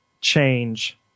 change